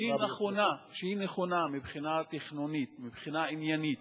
שהיא נכונה מבחינה תכנונית, מבחינה עניינית,